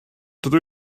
dydw